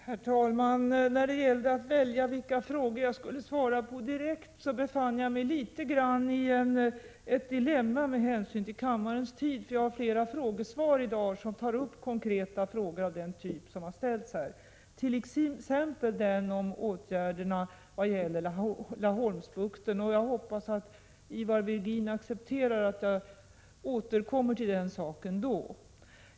Herr talman! När det gäller att välja vilka frågor som jag skall svara på direkt befinner jag mig litet grand i ett dilemma med hänsyn till kammarens tid. Jag skall senare i dag besvara flera frågor liknande dem som har ställts här, t.ex. en om åtgärder beträffande Laholmsbukten. Jag hoppas att Ivar Virgin accepterar att jag senare återkommer till den saken.